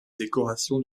décorations